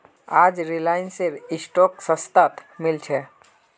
आज रिलायंसेर स्टॉक सस्तात मिल छ